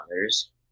others